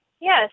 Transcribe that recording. Yes